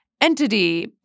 entity